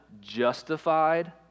justified